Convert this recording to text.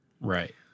Right